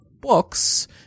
books